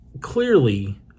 clearly